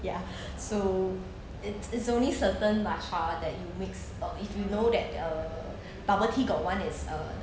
ya so it's it's only certain matcha that you mix uh if you know that uh bubble tea got one is uh